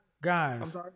Guys